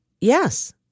Yes